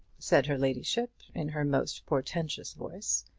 said her ladyship, in her most portentous voice,